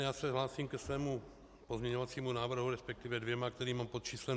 Já se hlásím ke svému pozměňovacímu návrhu, respektive dvěma, který mám pod číslem 2797.